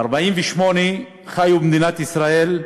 ב-1948 חיו במדינת ישראל,